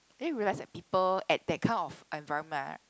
that you realize that people at that kind of environment right